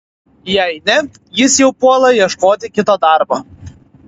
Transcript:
jei ne jis jau puola ieškoti kito darbo